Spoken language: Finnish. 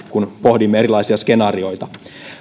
kun pohdimme erilaisia skenaarioita